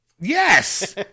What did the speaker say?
Yes